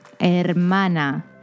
Hermana